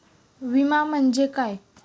विमा म्हणजे काय?